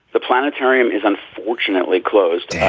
the planetarium is unfortunately closed.